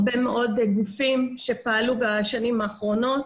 הרבה מאוד גופים שפעלו בשנים האחרונות.